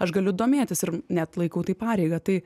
aš galiu domėtis ir net laikau tai pareiga tai